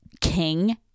king